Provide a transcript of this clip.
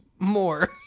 More